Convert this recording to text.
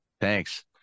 Thanks